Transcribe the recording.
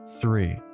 Three